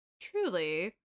truly